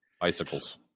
bicycles